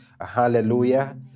Hallelujah